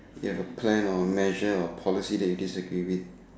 ya the plan or measure or policy that you disagree with it